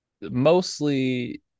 mostly